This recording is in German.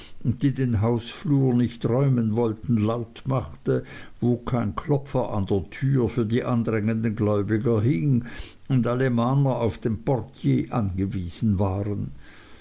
die die hausflur nicht räumen wollten laut machte wo kein klopfer an der tür für die andrängenden gläubiger hing und alle mahner auf den portier angewiesen waren